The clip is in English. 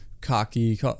Cocky